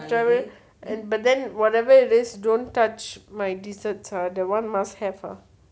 but then whatever it is don't touch my dessert ah that [one] must have ah